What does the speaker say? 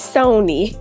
Sony